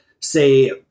say